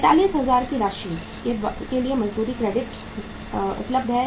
45000 की राशि के लिए मजदूरी क्रेडिट उपलब्ध है